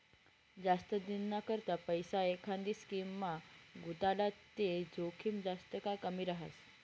जास्त दिनना करता पैसा एखांदी स्कीममा गुताडात ते जोखीम जास्त का कमी रहास